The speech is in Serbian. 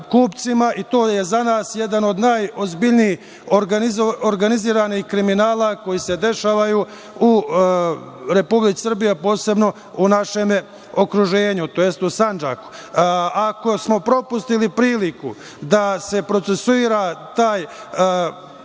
To je za nas jedan od najozbiljnijih organizovanih kriminala koji se dešavaju u Republici Srbiji, a posebno u našem okruženju, tj. u Sandžaku. Ako smo propustili priliku da se procesuira taj